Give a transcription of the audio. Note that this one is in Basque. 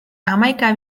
hamaika